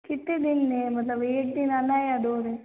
कितने दिन है मतलब एक दिन आना है या दो दिन